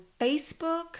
Facebook